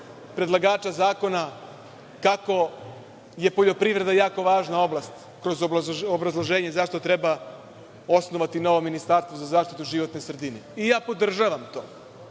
predlagača zakona kako je poljoprivreda jako važna oblast, zašto treba osnovati novo ministarstvo za zaštitu životne sredine, i ja podržavam to,